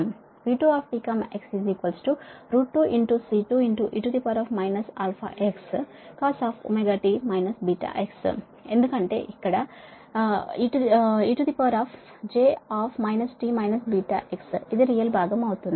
V2 t x 2 C2 e αx cos ωt βx ఎందుకంటే ఇక్కడ ej t βx ఇది real భాగం అవుతుంది